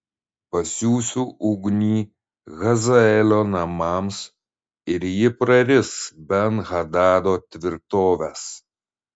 pasiųsiu ugnį hazaelio namams ir ji praris ben hadado tvirtoves